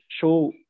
show